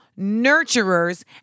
nurturers